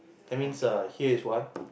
that means err here is one